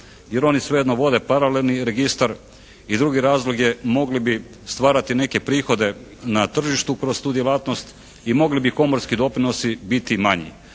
Jer oni svejedno vode paralelni registar. I drugi razlog je mogli bi stvarati neke prihode na tržištu kroz tu djelatnost i mogli bi komorski doprinosi biti manji.